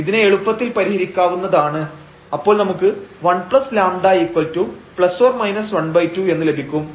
ഇതിനെ എളുപ്പത്തിൽ പരിഹരിക്കാവുന്നതാണ് അപ്പോൾ നമുക്ക് 1λ±12 എന്ന് ലഭിക്കും